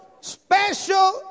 special